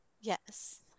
Yes